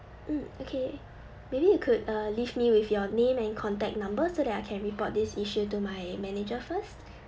mm okay maybe you could uh leave me with your name and contact number so that I can report this issue to my manager first